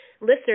listeners